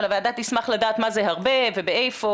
אבל הוועדה תשמח לדעת מה זה הרבה ואיפה